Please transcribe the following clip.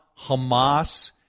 Hamas